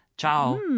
Ciao